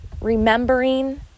remembering